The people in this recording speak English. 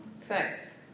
facts